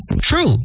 True